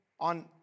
On